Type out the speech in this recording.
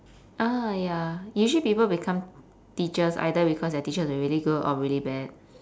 uh ya usually people become teachers either because their teachers are really good or really bad